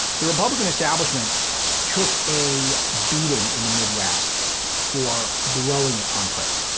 the republican establishment took a beating in the midwest for blowing it on trade.